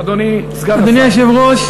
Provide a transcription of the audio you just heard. אדוני סגן השר.